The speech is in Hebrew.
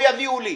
או יביאו לי.